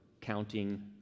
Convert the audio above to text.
counting